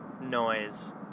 noise